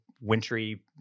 wintry